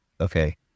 okay